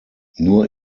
nur